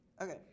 Okay